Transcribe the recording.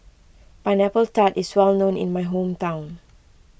Pineapple Tart is well known in my hometown